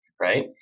right